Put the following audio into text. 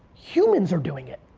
humans are doing it.